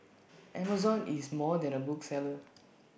Amazon is more than A bookseller